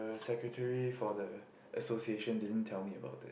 secretary for the association didn't tell me about it